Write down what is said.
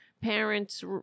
parents